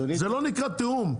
זה לא נקרא תיאום.